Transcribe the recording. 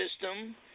system